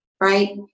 Right